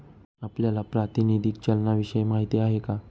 आपल्याला प्रातिनिधिक चलनाविषयी माहिती आहे का?